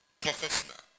professional